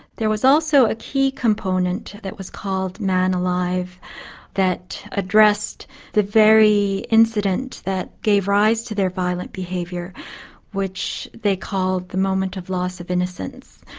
there was also a key component that was called man alive that addressed the very incident that gave rise to their violent behaviour which they called the moment of loss of innocence,